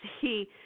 see